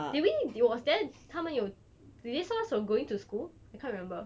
did we did was there 他们有 do they stop us from going to school I can't remember